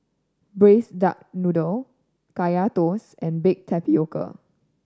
Braised Duck Noodle Kaya Toast and baked tapioca